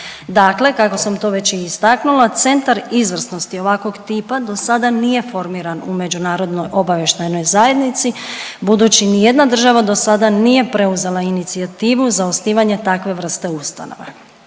Dakle, kako sam to već i istaknula, centar izvrsnosti ovakvog tipa do sada nije formiran u međunarodnoj obavještajnoj zajednici, budući nijedna država do sada nije preuzela inicijativu za osnivanje takve vrste ustanova.